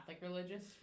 religious